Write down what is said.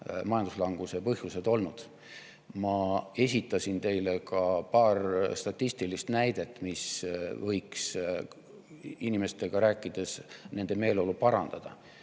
majanduslanguse põhjused. Ma esitasin teile ka paar statistilist näidet, mis võiks inimestega rääkides nende meeleolu parandada: